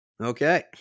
Okay